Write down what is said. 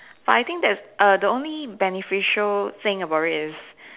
but I think that's err the only beneficial thing about it is